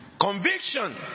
Conviction